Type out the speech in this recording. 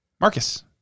Marcus